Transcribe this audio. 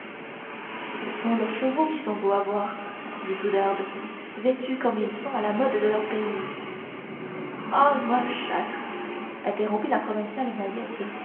ce sont leurs chevaux qui sont beaux à voir dit oudarde vêtus comme ils sont à la mode de leur pays ah ma chère interrompit la provinciale mahiette